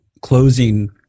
closing